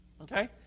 Okay